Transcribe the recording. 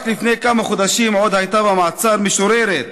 רק לפני כמה חודשים עוד הייתה במעצר משוררת,